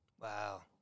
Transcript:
Wow